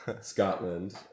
Scotland